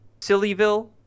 Sillyville